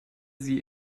sie